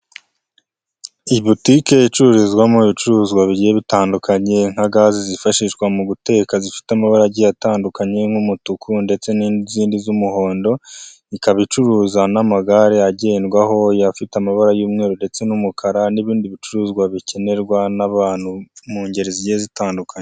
Iyi botike icururizwamo ibicuruzwa bigiye bitandukanye nka gaze zifashishwa mu guteka, zifite amabara agiye atandukanye nk'umutuku ndetse n'izindi z'umuhondo. Ikaba icuruza n'amagare agendwaho afite amabara y'umweru ndetse n'umukara, n'ibindi bicuruzwa bikenerwa n'abantu mu ngeri zigiye zitandukanye.